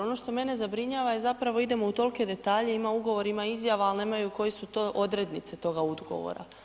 Ono što mene zabrinjava je zapravo idemo u tolike detalje, ima ugovor, ima izjava ali nemaju koje su to odrednice toga ugovora.